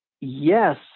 yes